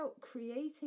creating